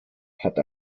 hat